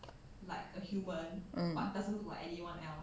um